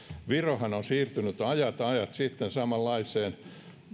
virohan on siirtynyt ajat ajat sitten samanlaiseen